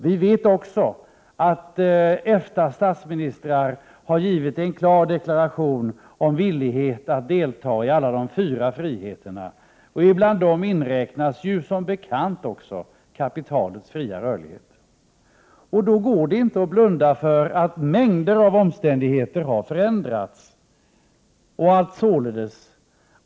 Vi vet också att statsministrarna inom EFTA har avgivit en klar deklaration om villighet att delta i alla de fyra friheterna, bland dem inräknas som bekant också kapitalets fria rörlighet. Det går då inte att blunda för att mängder av omständigheter har förändrats.